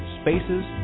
spaces